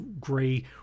gray